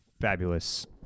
fabulous